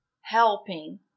helping